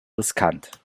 riskant